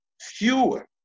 fewer